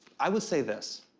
i will say this,